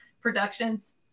productions